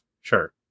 Sure